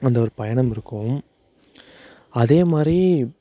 அந்த ஒரு பயணம் இருக்கும் அதேமாதிரி